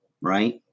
right